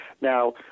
Now